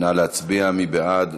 נא להצביע, מי בעד?